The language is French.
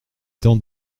temps